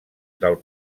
del